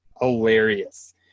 hilarious